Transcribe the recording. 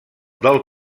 del